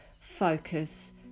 focus